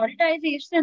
prioritization